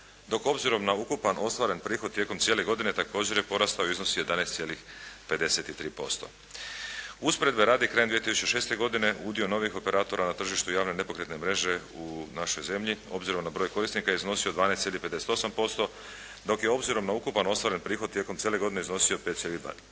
dok obzirom na ukupan ostvaren prihod tijekom cijele godine također je porastao u iznosu 11,53%. Usporedbe radi, krajem 2006. godine udio novih operatora na tržištu javne nepokretne mreže u našoj zemlji obzirom na broj korisnika je iznosio 12,58%, dok je obzirom na ukupan ostvaren prihod tijekom cijele godine iznosio 5,12%.